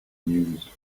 mused